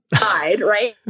right